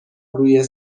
روی